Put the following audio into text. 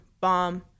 bomb